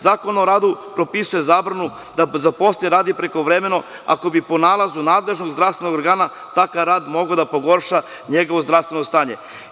Zakon o radu propisuje zabranu da zaposlen radi prekovremeno, ako bi po nalazu nadležnog zdravstvenog organa takav rad mogao da pogorša njegovo zdravstveno stanje.